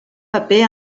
paper